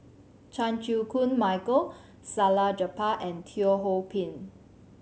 Chan Chew Koon Michael Salleh Japar and Teo Ho Pin